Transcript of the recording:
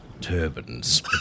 turbans